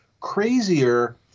crazier